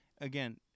again